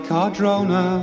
Cardrona